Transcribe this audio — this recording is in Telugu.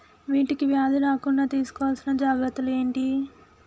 వీటికి వ్యాధి రాకుండా తీసుకోవాల్సిన జాగ్రత్తలు ఏంటియి?